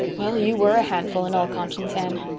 well, you were a handful, in all conscience, anne.